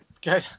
Good